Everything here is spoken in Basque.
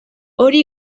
hori